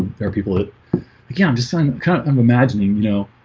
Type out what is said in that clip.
there are people that yeah, i'm just i'm kind of i'm imagining, you know